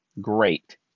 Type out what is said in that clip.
Great